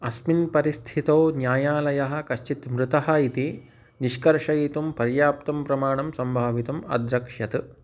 अस्मिन् परिस्थितौ न्यायालयः कश्चित् मृतः इति निष्कर्षयितुं पर्याप्तं प्रमाणं सम्भावयितुम् अद्रक्ष्यत्